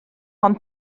ond